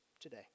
today